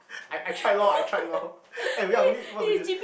I I tried lor I tried lor eh ya we need what's with this